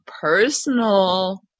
personal